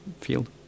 field